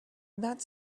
that